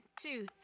two